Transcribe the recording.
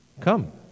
Come